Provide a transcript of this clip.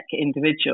individual